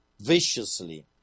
viciously